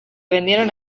vendieron